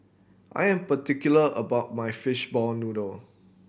I am particular about my fishball noodle